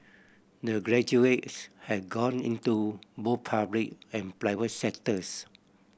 the graduates have gone into both public and private sectors